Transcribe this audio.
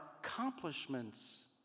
accomplishments